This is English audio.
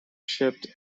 shipped